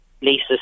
Lisa